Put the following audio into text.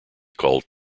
called